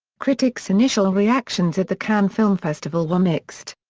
critics' initial reactions at the cannes film festival were mixed.